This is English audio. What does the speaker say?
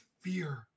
Fear